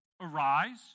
Arise